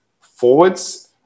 forwards